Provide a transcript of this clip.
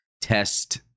Test